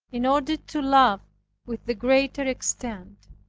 in order to love with the greater extent,